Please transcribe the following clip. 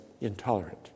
intolerant